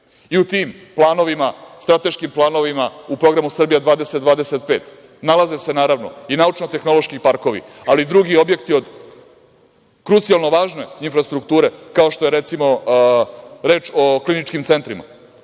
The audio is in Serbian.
u tim planovima, strateškim planovima u programu „Srbija 2025“ nalaze se i naučno-tehnološki parkovi, ali i drugi objekti od krucijalno važne infrastrukture, kao što je reč o kliničkim centrima.